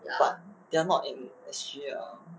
but they are not in S_G ah